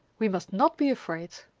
we must not be afraid.